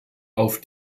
auf